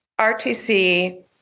RTC